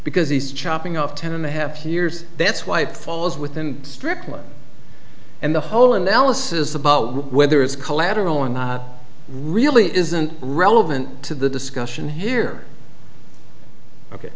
because he's chopping off ten and a half years that's why it falls within strictly and the whole analysis about whether it's collateral and really isn't relevant to the discussion here ok